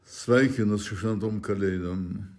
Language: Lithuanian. sveikinu su šventom kalėdom